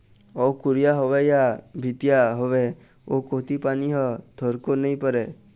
अउ कुरिया होवय या भीतिया होवय ओ कोती पानी ह थोरको नइ परय